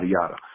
yada